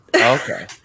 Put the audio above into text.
Okay